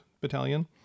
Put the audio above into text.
battalion